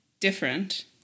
different